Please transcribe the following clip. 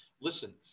Listen